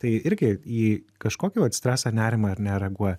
tai irgi į kažkokį vat stresą nerimą ar ne reaguoja